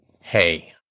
Hey